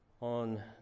on